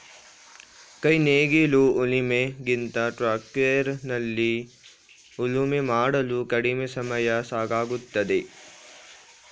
ಕೈ ನೇಗಿಲು ಉಳಿಮೆ ಗಿಂತ ಟ್ರ್ಯಾಕ್ಟರ್ ನಲ್ಲಿ ಉಳುಮೆ ಮಾಡಲು ಕಡಿಮೆ ಸಮಯ ಸಾಕಾಗುತ್ತದೆ